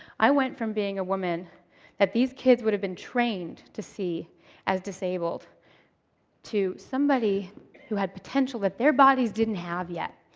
i went from being a woman that these kids would have been trained to see as disabled to somebody that had potential that their bodies didn't have yet.